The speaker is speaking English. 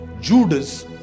Judas